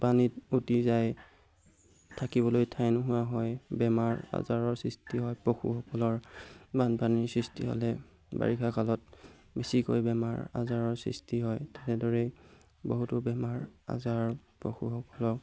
পানীত উটি যায় থাকিবলৈ ঠাই নোহোৱা হয় বেমাৰ আজাৰৰ সৃষ্টি হয় পশুসকলৰ বানপানীৰ সৃষ্টি হ'লে বাৰিষা কালত বেছিকৈ বেমাৰ আজাৰৰ সৃষ্টি হয় তেনেদৰেই বহুতো বেমাৰ আজাৰ পশুসকলক